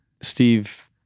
Steve